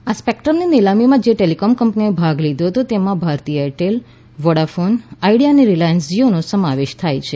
આ સ્પેકટ્રમની નિલામીમાં જે ટેલીકોમ કંપનીઓ ભાગ લીધો હતો તેમાં ભારતી એરટેલ વોઠાફોન આઇડીયા અને રિલાયન્સ જીઓનો સમાવેશ થાય છે